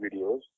videos